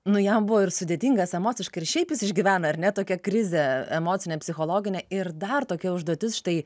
nu jam buvo ir sudėtingas emociškai ir šiaip jis išgyvena ar ne tokią krizę emocinę psichologinę ir dar tokia užduotis štai